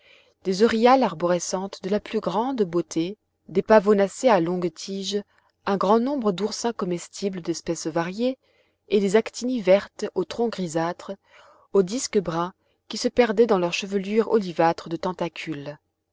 des euryales arborescentes de la plus grande beauté des pavonacées à longues tiges un grand nombre d'oursins comestibles d'espèces variées et des actinies vertes au tronc grisâtre au disque brun qui se perdaient dans leur chevelure olivâtre de tentacules